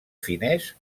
finès